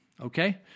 Okay